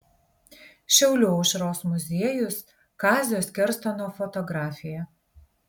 šiaulių aušros muziejus kazio skerstono fotografija